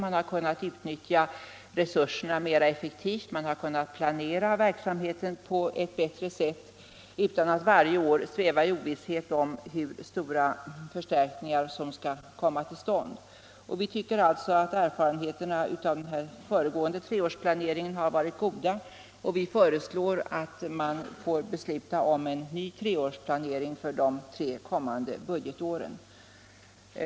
Man har kunnat utnyttja resurserna mera effektivt och kunnat planera verksamheten på ett bättre sätt utan att varje år sväva i ovisshet om hur stora förstärkningar som skall komma. Vi tycker alltså att erfarenheterna av den föregående treårsplaneringen har varit goda och vi föreslår, att man får besluta om en ny treårsplanering för de kommande budgetåren.